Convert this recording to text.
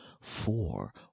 four